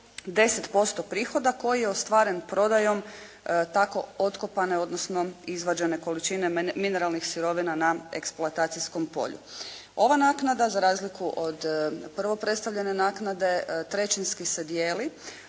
10% prihoda koji je ostvaren prodajom tako otkopane, odnosno izvađene količine mineralnih sirovina na eksploatacijskom polju. Ova naknada za razliku od prvo predstavljene naknade trećinski se dijeli,